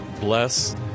bless